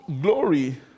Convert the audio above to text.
glory